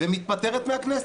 ומתפטרת מהכנסת,